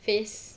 face